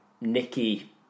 Nicky